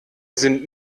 sind